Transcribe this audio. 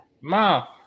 ma